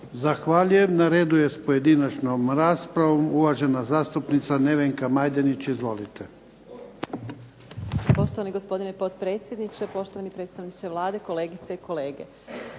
Zahvaljujem. Na redu je pojedinačna rasprava. Uvažena zastupnica Nevenka Majdenić. Izvolite.